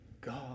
God